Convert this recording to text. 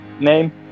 name